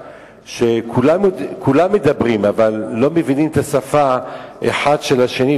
שכולם מדברים אבל לא מבינים אחד את השפה של השני.